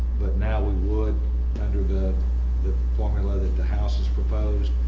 but now we would under the the formula that the house has proposed.